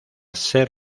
ser